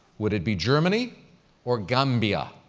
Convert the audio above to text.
would it be germany or gambia?